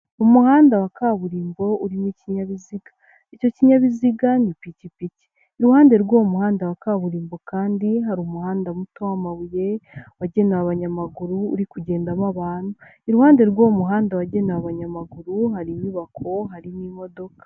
Umuhanda wa kaburimbo, urimo ikinyabiziga. Icyo kinyabiziga ni ipikipiki. Iruhande rw'uwo muhanda wa kaburimbo kandi hari umuhanda muto w'amabuye, wagenewe abanyamaguru, uri kugendamo abantu. Iruhande rw'uwo muhanda wagenewe abanyamaguru, hari inyubako, hari n' imodoka.